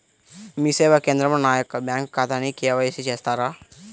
మీ సేవా కేంద్రంలో నా యొక్క బ్యాంకు ఖాతాకి కే.వై.సి చేస్తారా?